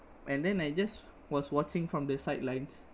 and then I just was watching from the sidelines